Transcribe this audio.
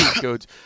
good